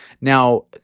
Now